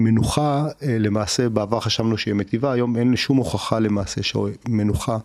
מנוחה למעשה בעבר חשבנו שהיא מטיבה, היום אין שום הוכחה למעשה שהיא מנוחה.